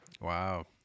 Wow